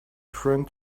friend